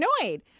annoyed